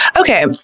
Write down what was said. okay